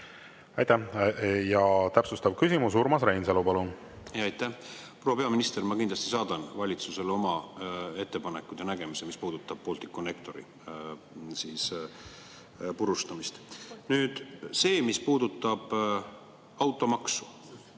Aitäh! Täpsustav küsimus, Urmas Reinsalu, palun! Aitäh! Proua peaminister, ma kindlasti saadan valitsusele oma ettepanekud ja nägemuse, mis puudutab Balticconnectori purustamist. See, mis puudutab automaksu